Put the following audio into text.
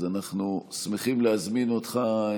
אז אנחנו שמחים להזמין אותך,